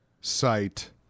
site